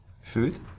Food